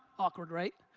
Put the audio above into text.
awkward right?